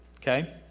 okay